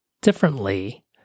differently